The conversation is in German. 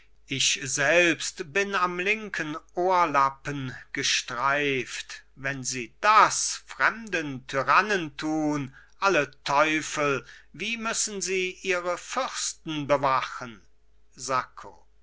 ich selbst bin am linken ohrlappen gestreift wenn sie das fremden tyrannen tun alle teufel wie müssen sie ihre fürsten bewachen sacco